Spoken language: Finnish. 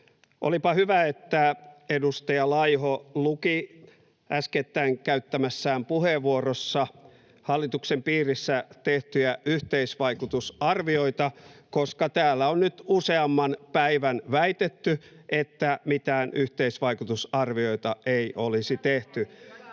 Olipa hyvä, että edustaja Laiho luki äskettäin käyttämässään puheenvuorossa hallituksen piirissä tehtyjä yhteisvaikutusarvioita, koska täällä on nyt useamman päivän väitetty, että mitään yhteisvaikutusarvioita ei olisi tehty.